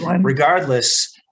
regardless